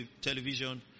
television